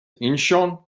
incheon